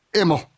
emo